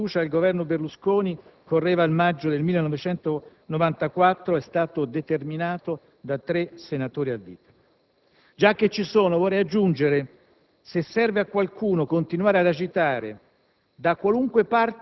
che il primo voto di fiducia al Governo Berlusconi, correva il maggio 1994, è stato determinato da tre senatori a vita. Mi chiedo, inoltre, se serve a qualcuno continuare ad agitare,